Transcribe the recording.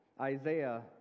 Isaiah